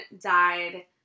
died